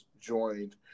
joined